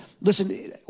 Listen